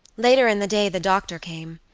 later in the day the doctor came,